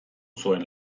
zuen